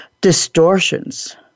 distortions